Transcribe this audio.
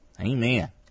Amen